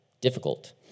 difficult